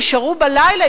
נשארו בלילה,